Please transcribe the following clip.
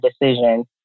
decision